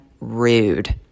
rude